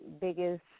biggest –